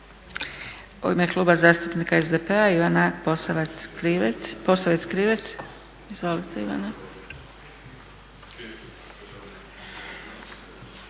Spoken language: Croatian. U ime Kluba zastupnika SDP-a Ivana Posavec Krivec. Izvolite Ivana.